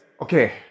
Okay